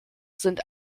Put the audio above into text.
sind